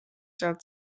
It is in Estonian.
sealt